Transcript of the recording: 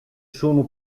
sono